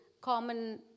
common